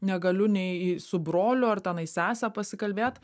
negaliu nei su broliu ar tenai sese pasikalbėt